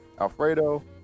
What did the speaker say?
Alfredo